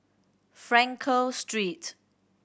Frankel Street